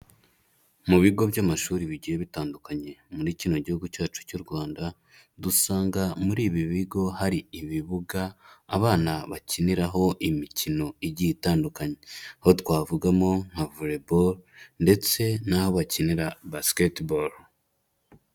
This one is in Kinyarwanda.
Mu bigo by'amashuri bigiye bitandukanye muri kino gihugu cyacu cy'u Rwanda, dusanga muri ibi bigo hari ibibuga abana bakiniraho imikino igiye itandukanye, aho twavugamo nka volleyball, ndetse naho bakinira basketball.